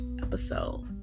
episode